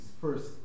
first